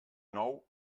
nou